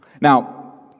Now